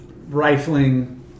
rifling